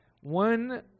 One